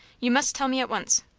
you must tell me at once.